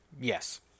Yes